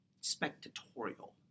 spectatorial